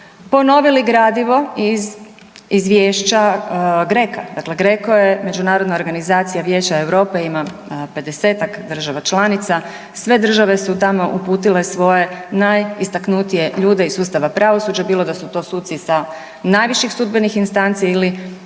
ponovili gradivo iz, iz izvješća GRECO-a. Dakle GRECO je međunarodna organizacija Vijeća Europe, ima 50-tak država članica, sve države su tamo uputile svoje najistaknutije ljude iz sustava pravosuđa, bilo da su to suci sa najviših sudbenih instanci ili